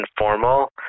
informal